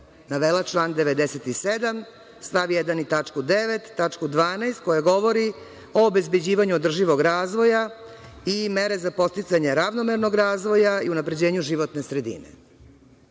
i tačku 9), tačku 12) koja govori o obezbeđivanju održivog razvoja i mere za podsticanje ravnomernog razvoja i unapređenju životne sredine.